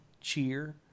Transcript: cheer